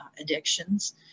addictions